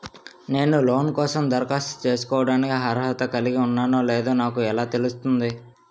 నేను లోన్ కోసం దరఖాస్తు చేసుకోవడానికి అర్హత కలిగి ఉన్నానో లేదో నాకు ఎలా తెలుస్తుంది?